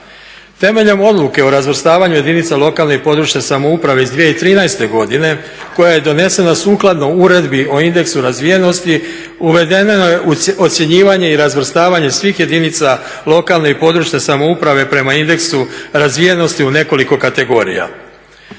Temeljem Odluke o razvrstavanju jedinica lokalne i područne samouprave iz 2013. godine koja je donesena sukladno uredbi o indeksu razvijenosti uvedeno je ocjenjivanje i razvrstavanje svih jedinica lokalne i područne samouprave prema indeksu razvijenosti u nekoliko kategorija.